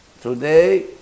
Today